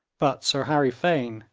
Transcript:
but sir harry fane,